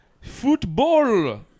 football